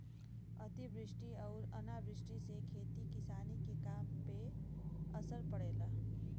अतिवृष्टि अउरी अनावृष्टि से खेती किसानी के काम पे असर पड़ेला